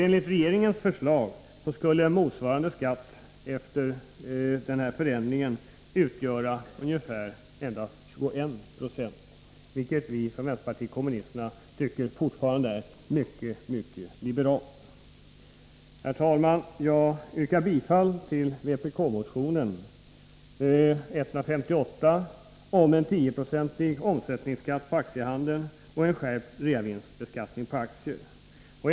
Enligt regeringens förslag skulle motsvarande skatt efter ändringen utgöra endast 21 96, vilket vi från vpk tycker fortfarande är mycket liberalt. Herr talman! Jag yrkar bifall till vpk-motionen 158 om en 10-procentig omsättningsskatt på aktiehandeln och en skärpt reavinstbeskattning på aktier.